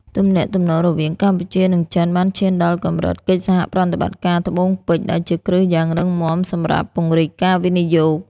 ទំនាក់ទំនងរវាងកម្ពុជា និងចិន បានឈានដល់កម្រិត "កិច្ចសហប្រតិបត្តិការត្បូងពេជ្រ" ដែលជាគ្រឹះយ៉ាងរឹងមាំសម្រាប់ពង្រីកការវិនិយោគ។